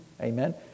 Amen